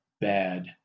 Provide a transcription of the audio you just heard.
bad